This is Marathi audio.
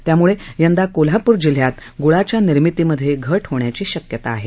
त्यामुळे यंदा कोल्हाप्र जिल्ह्यात गुळाच्या निर्मितीमध्ये घट होण्याची शक्यता आहे